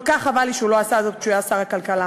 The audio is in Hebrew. כל כך חבל לי שהוא לא עשה זאת כשהוא היה שר הכלכלה.